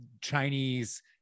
Chinese